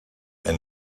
and